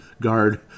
guard